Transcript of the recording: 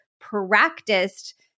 practiced